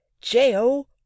J-O